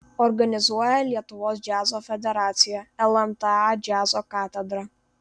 organizuoja lietuvos džiazo federacija lmta džiazo katedra